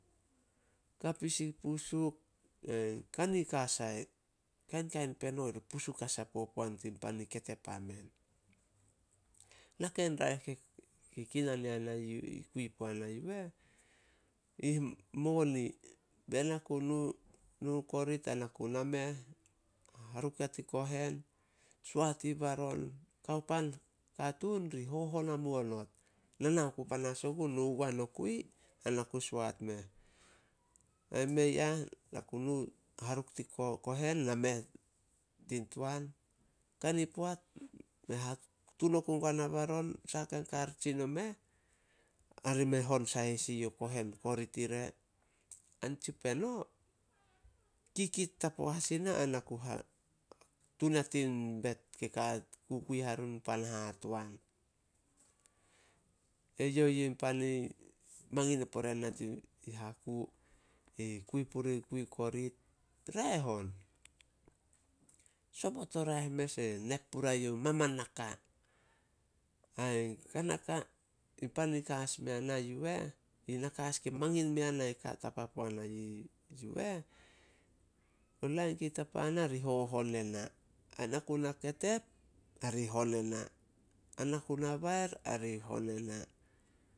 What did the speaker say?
Kapis i pusuk, ain kanika sai, kainkain beno ri pusuk as ai popoan tin pan i ketep a men. Nakei raeh kei kinan yana kui puana yu eh, in moni. Bena ku nu- nu o korit ai na ku nameh, haruk ya tin kohen, soat ih baron, kao pan katuun ri hohon hamuo not. Na na ku panas ogun, nu oguai nokui ai na ku soat meh. Ai mei ah, na ku nu, haruk tin kohen, nameh tin toan. Kani poat me hatun oku guana baron, saha kain kar tsin omeh, ari me hon sahis ih yo kohen korit ire. Anitsi peno, kikit tapo as ina ai na ku ha tun ya tin bet kukui yarun pan hahatoan. Eyouh yin pan i mangin o pore yana i Haku. Kui purih kui korit, raeh on. Sobot o raeh mes e nep puria youh mamanaka. Ain kana ka, in pan i ka as mea na yu eh, yi naka as kei mangin mea na tapa puana yu eh, o lain kei tapa ana ri hohon ena. Ai na ku na ketep, ari hon ena, ai na ku na bair, ari hon ena.